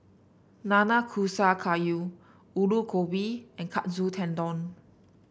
Nanakusa Gayu Alu Gobi and Katsu Tendon